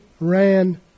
Ran